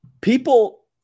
People